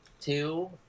Two